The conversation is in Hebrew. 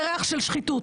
וריח של שחיתות.